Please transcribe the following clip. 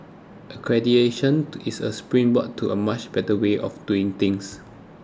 accreditation to is a springboard to a much better way of doing things